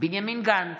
בנימין גנץ,